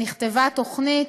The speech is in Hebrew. נכתבה תוכנית,